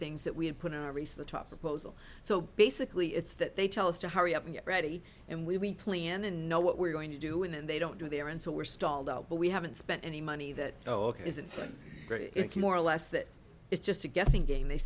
things that we had put in a race the top opposed so basically it's that they tell us to hurry up and get ready and we plan and know what we're going to do and they don't do there and so we're stalled out but we haven't spent any money that isn't when it's more or less that it's just a guessing game they